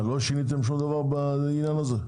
מה, לא שיניתם שום דבר בעניין הזה?